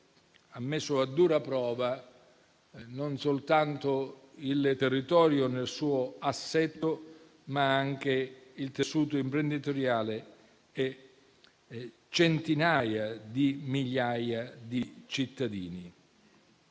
ha messo a dura prova non soltanto il territorio nel suo assetto, ma anche il tessuto imprenditoriale e centinaia di migliaia di cittadini.